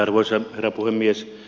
arvoisa herra puhemies